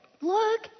look